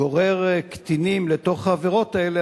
גורר קטינים לתוך העבירות האלה,